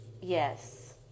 yes